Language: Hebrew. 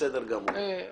בסדר גמור.